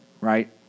right